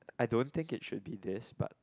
I don't think it should be this but